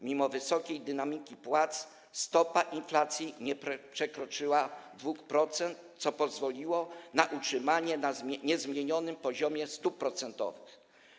Mimo wysokiej dynamiki płac stopa inflacji nie przekroczyła 2%, co pozwoliło na utrzymanie na niezmienionym poziomie stóp procentowych.